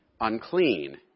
unclean